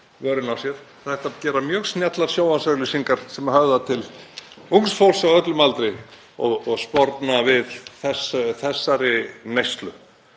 Það er hægt að gera mjög snjallar sjónvarpsauglýsingar sem höfða til ungs fólks á öllum aldri og sporna við þessari neyslu.